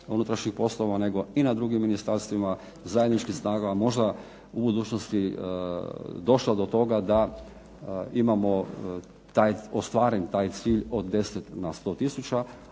unutrašnjih poslova, nego i na drugim ministarstvima, zajedničkim snagama, možda u budućnosti došlo do toga da imamo taj, ostvaren taj cilj od 10 na 100 tisuća,